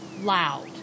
loud